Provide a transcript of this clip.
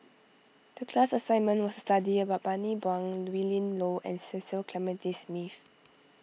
the class assignment was to study about Bani Buang Willin Low and Cecil Clementi Smith